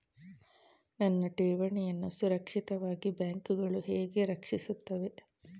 ನನ್ನ ಠೇವಣಿಯನ್ನು ಸುರಕ್ಷಿತವಾಗಿ ಬ್ಯಾಂಕುಗಳು ಹೇಗೆ ರಕ್ಷಿಸುತ್ತವೆ?